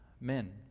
men